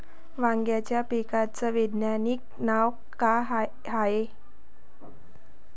वांग्याच्या पिकाचं वैज्ञानिक नाव का हाये?